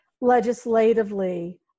legislatively